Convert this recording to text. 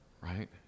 right